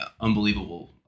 unbelievable